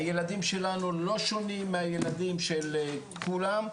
הילדים שלנו לא שונים מהילדים של כולם,